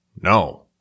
no